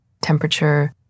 temperature